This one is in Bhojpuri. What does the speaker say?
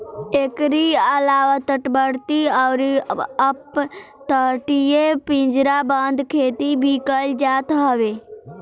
एकरी अलावा तटवर्ती अउरी अपतटीय पिंजराबंद खेती भी कईल जात हवे